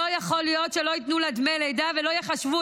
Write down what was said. לא יכול להיות שלא ייתנו לה דמי לידה ולא ייחשבו